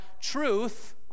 truth